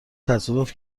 تصادف